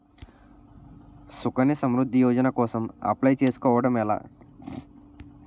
సుకన్య సమృద్ధి యోజన కోసం అప్లయ్ చేసుకోవడం ఎలా?